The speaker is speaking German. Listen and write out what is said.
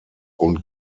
und